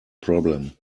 problem